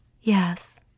Yes